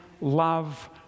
love